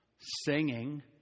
singing